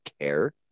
care